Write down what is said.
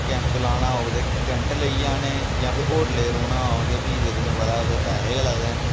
camp लाना ओह्दे tent लेई जाने जां फ्ही होटलै गी रौह्ना होग ते फ्ही ते तुसें पता उत्थै पैहे गै लगदे न